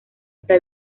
está